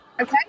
okay